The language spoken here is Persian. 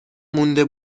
مونده